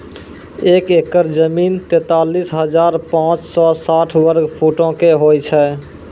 एक एकड़ जमीन, तैंतालीस हजार पांच सौ साठ वर्ग फुटो के होय छै